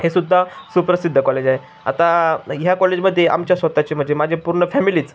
हे सुद्धा सुप्रसिद्ध कॉलेज आहे आता ह्या कॉलेजमध्ये आमच्या स्वताःचे म्हणजे माझे पूर्ण फॅमिलीच